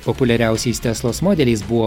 populiariausiais teslos modeliais buvo